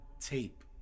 tape